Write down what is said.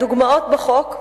הדוגמאות בחוק,